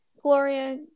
Gloria